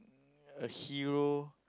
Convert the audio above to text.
a hero